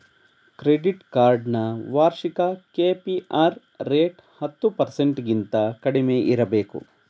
credit card ನ ವಾರ್ಷಿಕ KPR rate ಹತ್ತು ಪರ್ಸೆಂಟಗಿಂತ ಕಡಿಮೆ ಇರಬೇಕು